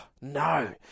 No